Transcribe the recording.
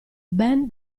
ben